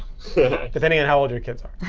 so depending on how old your kids are.